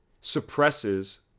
suppresses